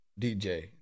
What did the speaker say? DJ